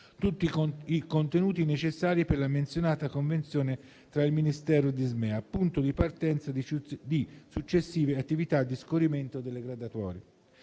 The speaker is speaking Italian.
tutti i contenuti necessari per la menzionata convenzione tra il Ministero e l'Ismea, punto di partenza di successive attività di scorrimento delle graduatorie.